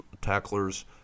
tacklers